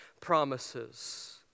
promises